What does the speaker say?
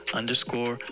underscore